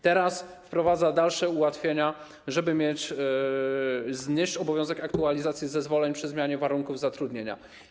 Teraz wprowadza dalsze ułatwienia, żeby znieść obowiązek aktualizacji zezwoleń przy zmianie warunków zatrudnienia.